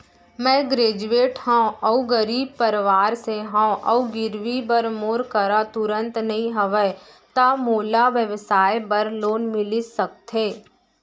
मैं ग्रेजुएट हव अऊ गरीब परवार से हव अऊ गिरवी बर मोर करा तुरंत नहीं हवय त मोला व्यवसाय बर लोन मिलिस सकथे?